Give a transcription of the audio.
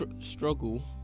struggle